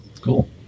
Cool